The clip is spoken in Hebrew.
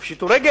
הם יפשטו רגל?